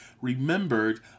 remembered